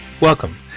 Welcome